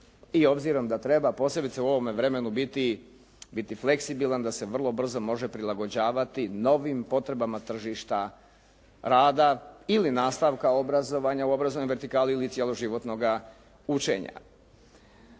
i obzirom da treba posebice u ovome vremenu biti fleksibilan da se vrlo brzo može prilagođavati novim potrebama tržišta rada ili nastavka obrazovanja u obrazovnoj vertikali ili cjeloživotnoga učenja.